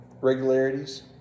regularities